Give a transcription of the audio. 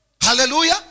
Hallelujah